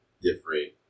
different